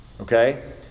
okay